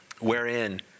wherein